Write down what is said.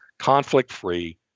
conflict-free